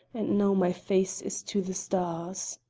and now my face is to the stars.